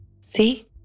See